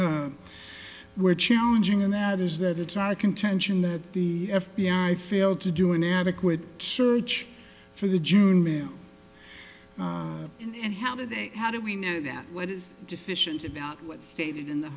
june we're challenging and that is that it's our contention that the f b i failed to do an adequate search for the june and how did they how do we know that what is deficient about what stated in the